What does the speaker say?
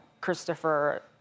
Christopher